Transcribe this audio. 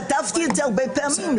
כתבתי את זה הרבה פעמים,